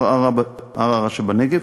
ערערה-בנגב,